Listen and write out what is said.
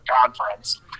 conference